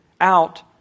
out